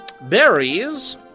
berries